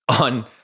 on